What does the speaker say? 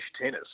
tennis